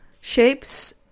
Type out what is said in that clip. shapes